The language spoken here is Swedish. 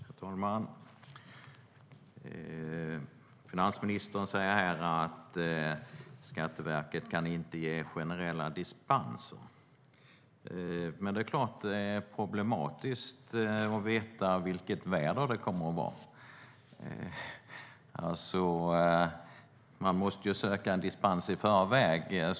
Herr talman! Finansministern säger här att Skatteverket inte kan ge generella dispenser. Det är problematiskt att veta vilket väder det kommer att vara. Man måste ju söka dispens i förväg.